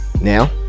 Now